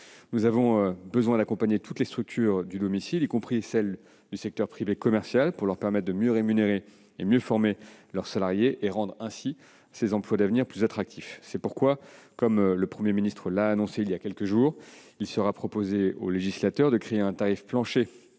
Nous avons besoin d'accompagner toutes les structures du secteur de l'aide à domicile, y compris celles du secteur privé commercial, afin de leur permettre de mieux rémunérer et de mieux former leurs salariés. Il s'agit ainsi de rendre ces emplois d'avenir plus attractifs. C'est pourquoi, comme le Premier ministre l'a annoncé il y a quelques jours, il sera proposé au législateur de créer un tarif plancher